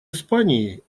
испании